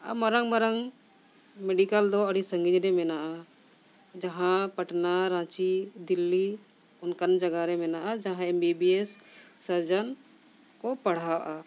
ᱟᱨ ᱢᱟᱨᱟᱝ ᱢᱟᱨᱟᱝ ᱢᱮᱰᱤᱠᱮᱞ ᱫᱚ ᱟᱹᱰᱤ ᱥᱟᱺᱜᱤᱧ ᱨᱮ ᱢᱮᱱᱟᱜᱼᱟ ᱡᱟᱦᱟᱸ ᱯᱟᱴᱱᱟ ᱨᱟᱸᱪᱤ ᱫᱤᱞᱞᱤ ᱚᱱᱠᱟᱱ ᱡᱟᱭᱜᱟ ᱨᱮ ᱢᱮᱱᱟᱜᱼᱟ ᱡᱟᱦᱟᱸᱭ M B B S surgeon ᱠᱚ ᱯᱟᱲᱦᱟᱜᱼᱟ